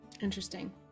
Interesting